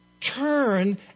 Turn